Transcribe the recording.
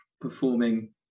performing